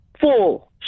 four